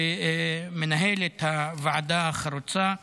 מנהלת הוועדה החרוצה והיעילה.